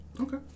Okay